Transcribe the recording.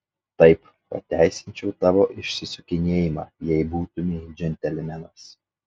taip pateisinčiau tavo išsisukinėjimą jei būtumei džentelmenas